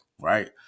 right